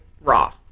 raw